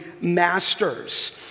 masters